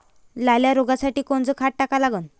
लाल्या रोगासाठी कोनचं खत टाका लागन?